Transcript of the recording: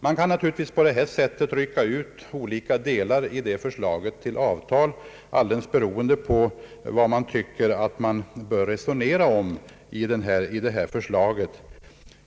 Man kan naturligtvis på det här sättet rycka ut olika delar i detta förslag till avtal, alldeles beroende på vad man tycker att resonemanget bör röra sig om.